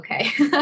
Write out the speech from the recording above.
okay